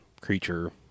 creature